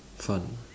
fun